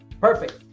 Perfect